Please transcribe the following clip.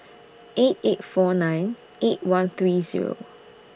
eight eight four nine eight one three Zero